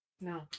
no